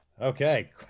Okay